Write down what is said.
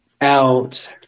out